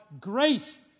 grace